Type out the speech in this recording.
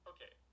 Okay